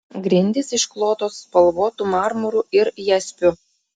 grindys išklotos spalvotu marmuru ir jaspiu